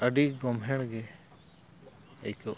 ᱟᱹᱰᱤ ᱜᱚᱢᱦᱮᱲ ᱜᱮ ᱟᱹᱭᱠᱟᱹᱜᱼᱟ